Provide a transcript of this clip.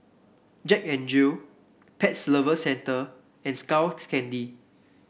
Jack N Jill Pet Lovers Centre and Skull Candy